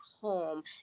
home